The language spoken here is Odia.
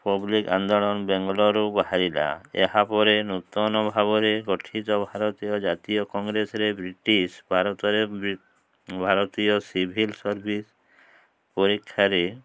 ପବ୍ଲିକ୍ ଆନ୍ଦୋଳନ ବାଙ୍ଗାଲୋରରୁ ବାହାରିଲା ଏହାପରେ ନୂତନ ଭାବରେ ଗଠିତ ଭାରତୀୟ ଜାତୀୟ କଂଗ୍ରେସରେ ବ୍ରିଟିଶ ଭାରତରେ ଭାରତୀୟ ସିଭିଲ୍ ସର୍ଭିସ ପରୀକ୍ଷାରେ